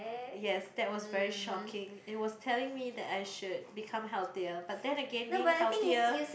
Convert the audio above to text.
yes that was very shocking it was telling me that I should become healthier but then again being healthier